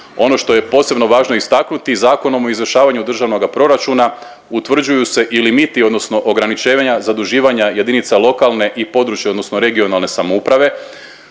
Ono što je posebno važno istaknuti Zakonom o izvršavanju državnoga proračuna utvrđuju se i limiti odnosno ograničenja zaduživanja jedinica lokalne i područne, odnosno regionalne samouprave.